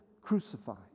crucified